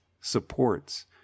supports